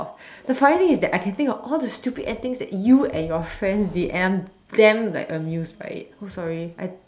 the funny thing is that I can think of all the stupid antics that you and your friends did and I'm damn like amused by it so sorry I